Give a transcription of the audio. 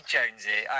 Jonesy